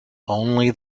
only